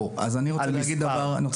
נושא